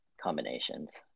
combinations